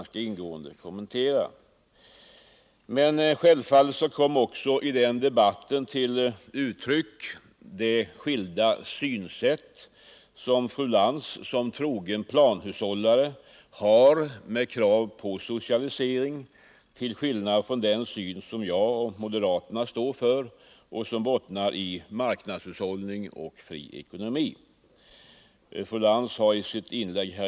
Självfallet kom också i den debatten till uttryck de skilda synsätt som fru Lantz och jag har i denna fråga. Fru Lantz är ju en trogen vän till planhushållning och socialisering, medan moderaterna förordar marknadshushållning och fri ekonomi. Fru Lantz har f.ö.